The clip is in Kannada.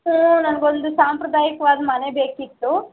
ಸೊ ನನಗೊಂದು ಸಾಂಪ್ರದಾಯಿಕವಾದ ಮನೆ ಬೇಕಿತ್ತು